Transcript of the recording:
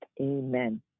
Amen